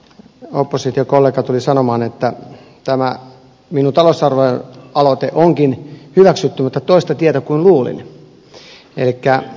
oppositiokollega tuli sanomaan että tämä minun talousarvioaloitteeni onkin hyväksytty mutta toista tietä kuin luulin